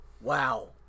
Wow